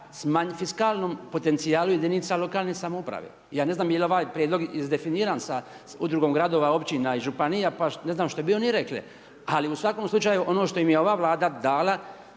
ka fiskalnom potencijalu jedinica lokalne samouprave. Ja ne znam je li ovaj Prijedlog izdefiniran sa udrugom gradova, općina i županija, pa ne znam što bi oni rekli, ali u svakom slučaju ono što im je ova Vlada dala